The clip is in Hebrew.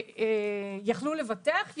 יכלו לבטח?